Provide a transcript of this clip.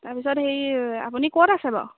তাৰপিছত হেৰি আপুনি ক'ত আছে বাৰু